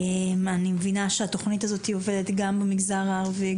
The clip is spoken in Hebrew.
אני מבינה שהתוכנית הזו היא תוכנית שפועלת גם במגזר הערבי,